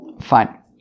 Fine